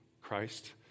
Christ